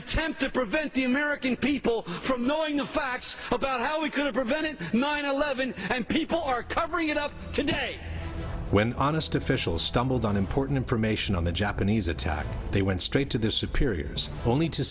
tend to prevent the american people from knowing the facts about how we could have prevented nine eleven and people are covering it up today when honest officials stumbled on important information on the japanese attack they went straight to their superiors only to